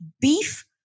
beef